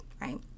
right